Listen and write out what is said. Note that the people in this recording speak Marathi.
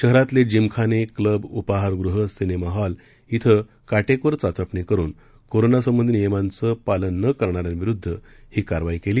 शहरातील जिमखान क्लब उपहार गृह सिनक्ती हॉल इथं काटक्वीर चाचपणी करून करोनासंबधी नियमांचं पालन न करणाऱ्यांविरुद्ध ही कारवाई कल्ली